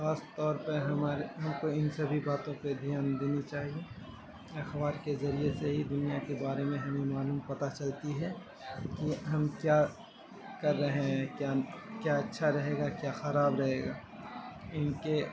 خاص طور پہ ہمارے ہم کو ان سبھی باتوں پہ دھیان دینا چاہیے اخبار کے ذریعے سے ہی دنیا کے بارے میں ہمیں معلوم پتہ چلتا ہے کہ ہم کیا کر رہے ہیں کیا کیا اچھا رہے گا کیا خراب رہے گا ان کے